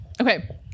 Okay